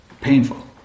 painful